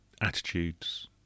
attitudes